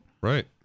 Right